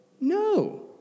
No